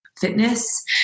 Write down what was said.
fitness